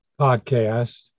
podcast